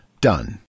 done